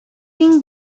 think